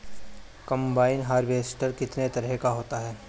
Combine harvester कितने तरह का होता है?